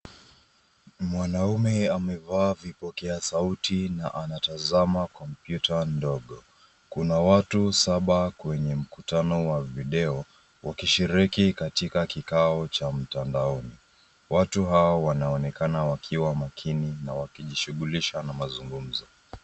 Mwanaume amevaa vipokea sauti na anatazama kompyuta ndogo. Kuna watu saba kwenye mkutana wa video wakishiriki katika kikao cha mtandaoni. Watu hao wanaonekana wakiwa makini na wakijishughulisha na mazungumzo.